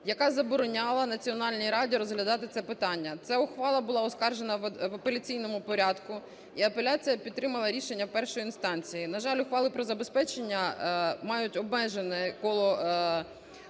яка забороняла Національній раді розглядати це питання. Ця ухвала була оскаржена в апеляційному порядку, і апеляція підтримала рішення першої інстанції. На жаль, ухвали про забезпечення мають обмежене коло